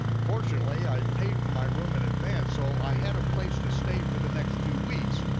fortunately, i paid for my room in advance, so i had a place to stay for the next two weeks,